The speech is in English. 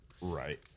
Right